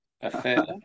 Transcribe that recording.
affair